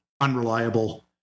unreliable